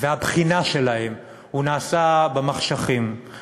והבחינה שלהם נעשות במחשכים,